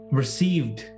received